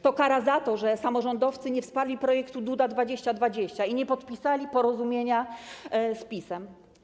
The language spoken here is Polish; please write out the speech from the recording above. To kara za to, że samorządowcy nie wsparli projektu Duda 2020 i nie podpisali porozumienia z PiS-em.